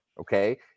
Okay